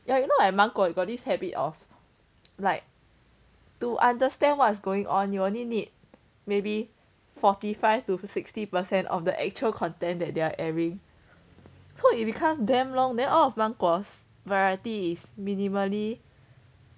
you know like 芒果 got this habit of like to understand what's going on you only need maybe forty five to sixty percent of the actual content that their airing so it becomes damn long then all of 芒果 variety is minimally